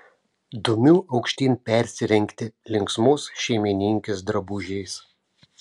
dumiu aukštyn persirengti linksmos šeimininkės drabužiais